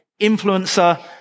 influencer